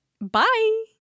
Bye